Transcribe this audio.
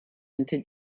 into